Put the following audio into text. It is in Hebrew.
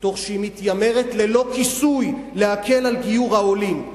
תוך שהיא מתיימרת ללא כיסוי להקל על גיור העולים,